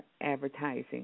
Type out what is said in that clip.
advertising